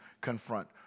confront